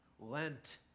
Lent